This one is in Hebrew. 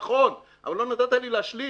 נכון, אבל לא נתת לי להשלים.